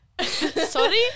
Sorry